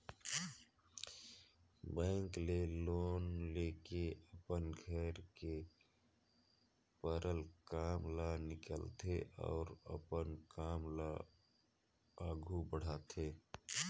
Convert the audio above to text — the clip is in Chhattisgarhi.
बेंक ले लोन लेके अपन घर में परल काम ल निकालथे अउ अपन काम ल आघु बढ़ाथे